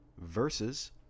versus